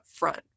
upfront